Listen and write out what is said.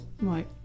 right